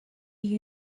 you